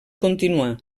continuar